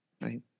right